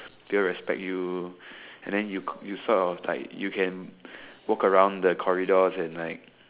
people respect you and then you sort of like you can walk around the corridors and like